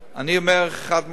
אני אומר חד-משמעית,